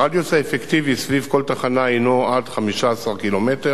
הרדיוס האפקטיבי סביב כל תחנה הוא עד 15 ק"מ.